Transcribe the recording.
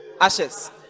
ashes